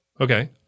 Okay